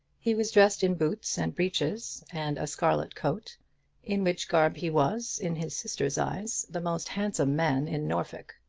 he was dressed in boots and breeches, and a scarlet coat in which garb he was, in his sister's eyes, the most handsome man in norfolk.